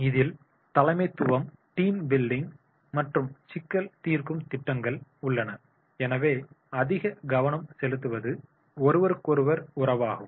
இதில் தலைமைத்துவம் team building மற்றும் சிக்கல் தீர்க்கும் திட்டங்கள் உள்ளன எனவே அதிக கவனம் செலுத்துவது ஒருவருக்கொருவர் உறவாகும்